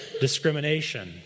discrimination